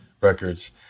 records